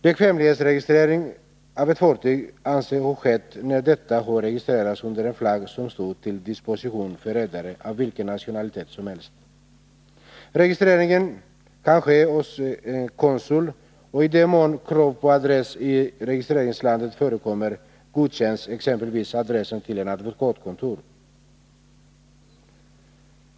Bekvämlighetsregistrering av ett fartyg anses ha skett när detta har registrerats under en flagg som står till disposition för redare av vilken nationalitet som helst. Registreringen kan ske hos konsul, och i den mån krav på adress i registreringslandet förekommer godkänns exempelvis adressen till ett advokatkontor.